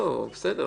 בסדר.